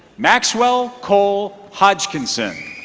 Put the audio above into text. maxwell cole hogdkinson.